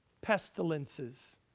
pestilences